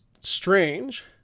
strange